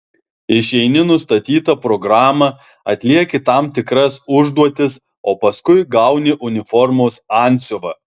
išeini nustatytą programą atlieki tam tikras užduotis o paskui gauni uniformos antsiuvą